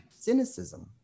cynicism